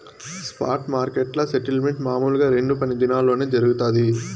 spot మార్కెట్ల settlement మామూలుగా రెండు పని దినాల్లోనే జరగతాది